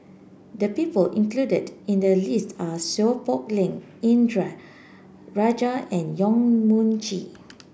the people included in the list are Seow Poh Leng Indranee Rajah and Yong Mun Chee